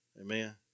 Amen